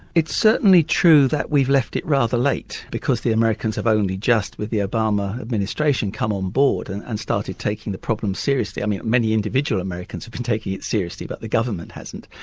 it's certainly true that we've left it rather late because the americans have only just, with the obama administration, come on board and and started taking the problem seriously. um yeah many individual americans have been taking it seriously but the government hasn't.